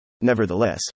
Nevertheless